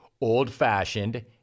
Old-fashioned